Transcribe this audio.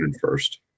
first